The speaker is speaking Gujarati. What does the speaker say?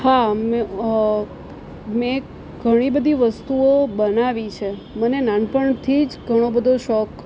હા મેં મેં ઘણી બધી વસ્તુઓ બનાવી છે મને નાનપણથી જ ઘણો બધો શોખ